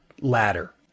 ladder